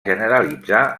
generalitzar